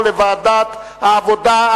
לדיון מוקדם בוועדת העבודה,